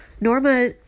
Norma